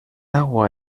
agua